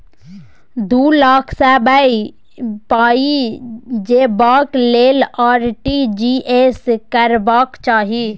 दु लाख सँ बेसी पाइ भेजबाक लेल आर.टी.जी एस करबाक चाही